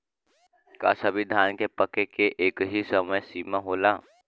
का सभी धान के पके के एकही समय सीमा होला?